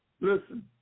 listen